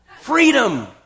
Freedom